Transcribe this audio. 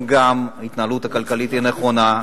וגם היום ההתנהלות הכלכלית היא נכונה,